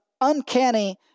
uncanny